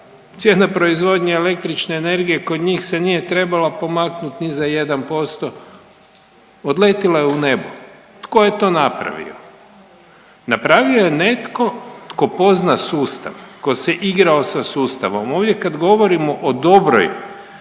cijena proizvodnje električne energije kod njih se nije trebala pomaknuti ni za 1%, odletila je u nebo. Tko je to napravio? Napravio je netko tko pozna sustav, tko se igrao sa sustavom. Ovdje kad govorimo o dobroj,